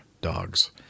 dogs